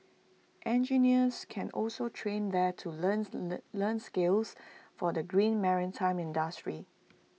engineers can also train there to learns learn learn skills for the green maritime industry